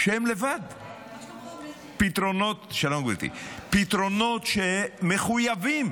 פתרונות, מחויבים